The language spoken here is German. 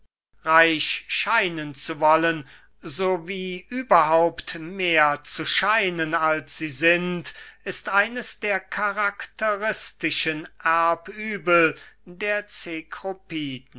reich scheinen zu wollen so wie überhaupt mehr zu scheinen als sie sind ist eines der karakteristischen erbübel der